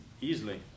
Easily